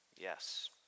Yes